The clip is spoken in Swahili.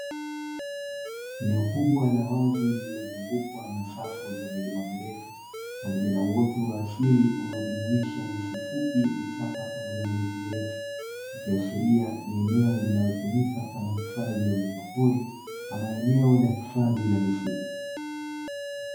Eneo kubwa la wazi lililozungukwa na safu za milima mirefu, pamoja na uoto wa asili unaojumuisha nyasi fupi, vichaka pamoja na miti mirefu. Ikiashiria ni eneo linalotumika kama hifadhi ya wanyamapori, ama eneo la hifadhi la misitu.